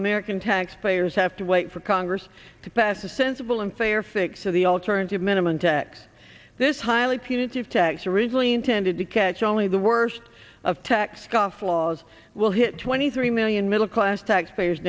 american taxpayers have to wait for congress to pass a sensible and fair fix to the alternative minimum tax this highly punitive tax originally intended to catch only the worst of tax scofflaws will hit twenty three million middle class taxpayers